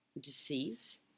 disease